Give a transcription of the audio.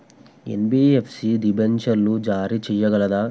NBFC డిబెంచర్లు జారీ చేయగలదా?